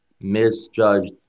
misjudged